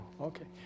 okay